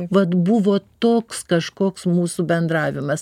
vat buvo toks kažkoks mūsų bendravimas